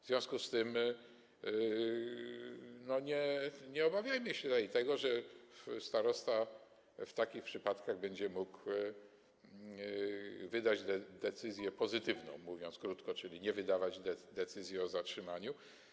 W związku z tym nie obawiajmy się tego, że starosta w takich przypadkach będzie mógł wydać decyzję pozytywną, mówiąc krótko, czyli nie wydawać decyzji o zatrzymaniu.